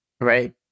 right